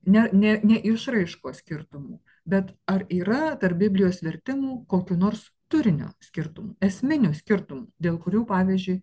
ne ne ne išraiškos skirtumų bet ar yra tarp biblijos vertimų kokių nors turinio skirtumų esminių skirtumų dėl kurių pavyzdžiui